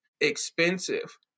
expensive